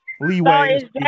leeway